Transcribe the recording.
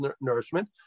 nourishment